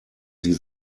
sie